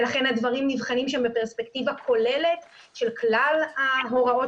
ולכן הדברים נבחנים שם בפרספקטיבה כוללת של כלל ההוראות